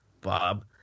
Bob